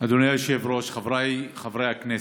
אדוני היושב-ראש, חבריי חברי הכנסת,